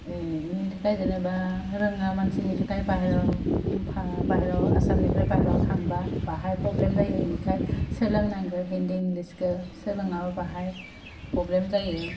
बेनि थाखाय जेनेबा रोङा मानसिनि थाखाय बायहेराव बाहेराव आसामनिफ्राय बायहेराव थांबा बाहाय प्रब्लेम जायो बेनिखाय सोलों नांगो हिन्दी इंलिसखौ सोलोङाबा बाहाय प्रब्लेम जायो